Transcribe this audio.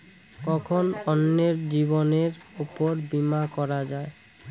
কখন অন্যের জীবনের উপর বীমা করা যায়?